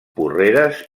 porreres